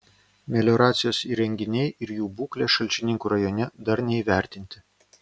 melioracijos įrenginiai ir jų būklė šalčininkų rajone dar neįvertinti